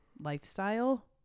lifestyle